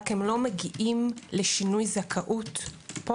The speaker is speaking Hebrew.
רק הם לא מגיעים לשינוי זכאות פה?